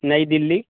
New Delhi